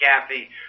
Kathy